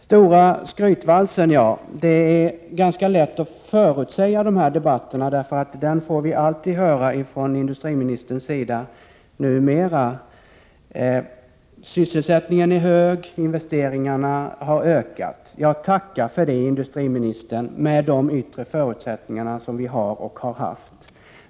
Stora skrytvalsen, ja — det är ganska lätt att förutsäga de här debatterna, för den får vi alltid höra från industriministern numera. Sysselsättningen är hög, investeringarna har ökat. Ja, tacka för det, industriministern, med de yttre förutsättningar som vi har och har haft.